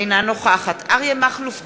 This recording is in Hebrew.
אינה נוכחת אריה מכלוף דרעי,